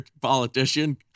politician